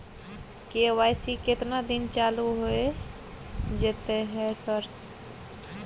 KYC केतना दिन चालू होय जेतै है सर?